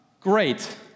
great